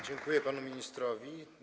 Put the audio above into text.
Dziękuję panu ministrowi.